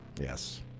Yes